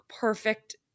perfect